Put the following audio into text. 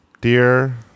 Dear